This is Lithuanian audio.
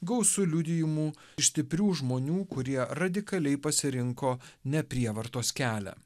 gausu liudijimų iš stiprių žmonių kurie radikaliai pasirinko neprievartos kelią